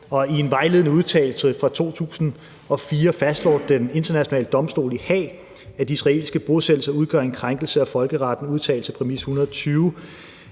i en vejledende udtalelse fra 2004 fastslår Den Internationale Domstol i Haag, at de israelske bosættelser udgør en krænkelse af folkeretten – udtalelse, præmis 120.